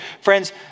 Friends